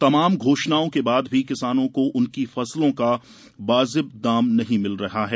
तमाम घोषणाओं के बाद भी किसानों को उनकी फसलों का वाजिब दाम नहीं मिले हैं